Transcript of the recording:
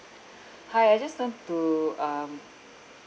hi I just want to um